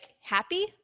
happy